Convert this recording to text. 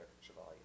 chevalier